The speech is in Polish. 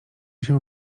się